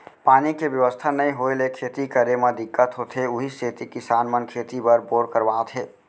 पानी के बेवस्था नइ होय ले खेती करे म दिक्कत होथे उही सेती किसान मन खेती बर बोर करवात हे